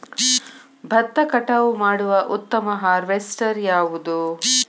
ಭತ್ತ ಕಟಾವು ಮಾಡುವ ಉತ್ತಮ ಹಾರ್ವೇಸ್ಟರ್ ಯಾವುದು?